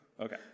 Okay